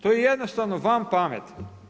To je jednostavno van pameti.